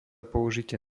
použitie